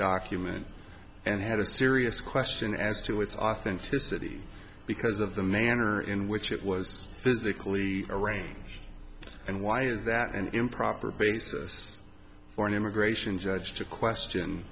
document and had a serious question as to its authenticity because of the manner in which it was physically arranged and why is that an improper basis for an immigration judge to question